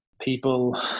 people